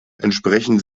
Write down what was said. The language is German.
entsprechen